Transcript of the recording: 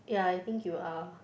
yeah I think you are